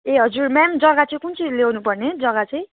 ए हजुर म्याम जग्गा चाहिँ कुन चाहिँ ल्याउनुपर्ने जग्गा चाहिँ